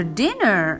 dinner